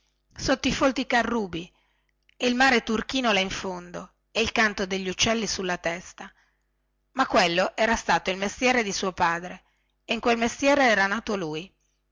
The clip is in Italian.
sotto i folti carrubbi e il mare turchino là in fondo e il canto degli uccelli sulla testa ma quello era stato il mestiere di suo padre e in quel mestiere era nato lui